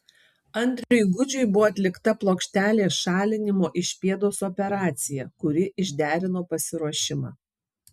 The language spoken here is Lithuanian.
andriui gudžiui buvo atlikta plokštelės šalinimo iš pėdos operacija kuri išderino pasiruošimą